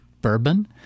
Bourbon